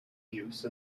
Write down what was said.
use